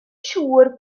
siŵr